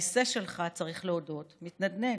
והכיסא שלך, צריך להודות, מתנדנד.